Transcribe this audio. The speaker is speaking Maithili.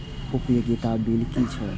उपयोगिता बिल कि छै?